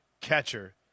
catcher